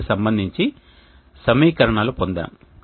వీటికి సంబంధించి సమీకరణాలను పొందాము